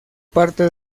parte